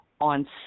on